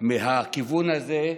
מהכיוון הזה,